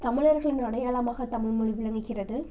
தமிழர்களின் அடையாளமாக தமிழ்மொழி விளங்குகிறது